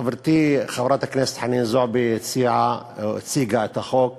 חברתי חברת הכנסת חנין זועבי הציגה את החוק